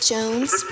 Jones